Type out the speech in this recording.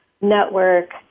network